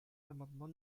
l’amendement